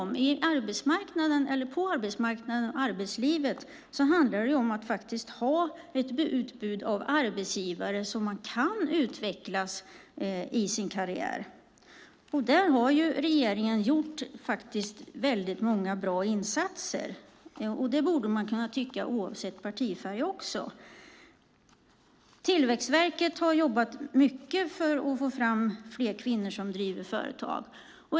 Men på arbetsmarknaden och i arbetslivet handlar det om att ha ett utbud av arbetsgivare så att det är möjligt att utvecklas i sin karriär. Där har regeringen gjort många bra insatser. Det borde man kunna tycka oavsett partifärg. Tillväxtverket har jobbat mycket för att få fram fler kvinnor som driver företag.